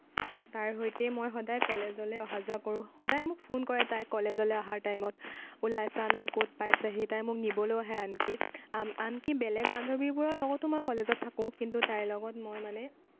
তাইৰ সৈতেই মই সদায় কলেজলৈ অহা যোৱা কৰোঁ সদায় মোক ফোন কৰে তাই কলেজলৈ অহাৰ টাইমত ওলাইছা নে ক'ত পাইছাহি তাই মোক নিবলৈয়ো আহে আনকি আনকি বেলেগ বান্ধৱীবোৰৰ লগতো মই কলেজত থাকোঁ কিন্তু তাইৰ লগত মই মানে